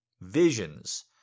visions